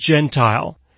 Gentile